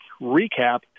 recap